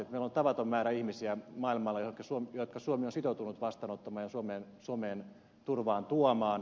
meillä on tavaton määrä ihmisiä maailmalla jotka suomi on sitoutunut vastaanottamaan ja suomeen turvaan tuomaan